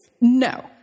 No